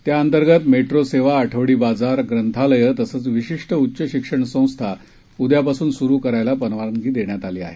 त्यांतर्गत metro सेवा आठवडी बाजार ग्रंथालयं तसंच विशिष्ट उच्च शिक्षण संस्था उद्यापासून सुरु करायला परवानगी दिली आहे